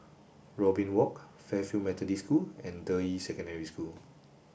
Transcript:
Robin Walk Fairfield Methodist School and Deyi Secondary School